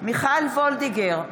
מיכל וולדיגר,